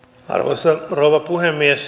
arvoisa rouva puhemies